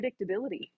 predictability